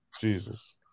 Jesus